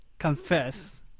Confess